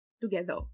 together